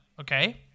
okay